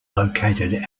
located